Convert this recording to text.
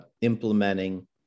implementing